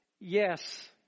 yes